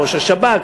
ראש השב"כ,